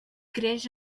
creix